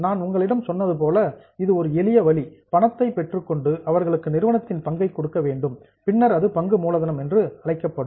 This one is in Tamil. நான் உங்களிடம் சொன்னது போல இது ஒரு எளிய வழி பணத்தை பெற்றுக்கொண்டு அவர்களுக்கு நிறுவனத்தின் பங்கை கொடுக்க வேண்டும் பின்னர் அது பங்கு மூலதனம் என்று அழைக்கப்படும்